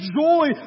joy